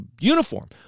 uniform